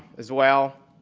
as well.